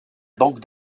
banque